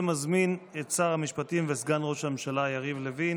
ומזמין את שר המשפטים וסגן ראש הממשלה יריב לוין